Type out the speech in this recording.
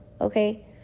Okay